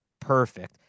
perfect